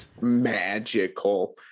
magical